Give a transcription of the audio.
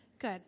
good